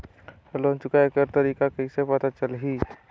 Loan चुकाय कर तारीक कइसे पता चलही?